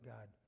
God